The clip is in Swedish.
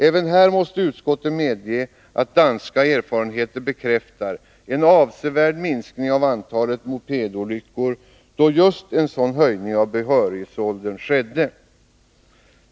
Även här måste utskottet medge att danska erfarenheter bekräftar en avsevärd minskning av antalet mopedolyckor, då just en sådan höjning av behörighetsåldern skedde.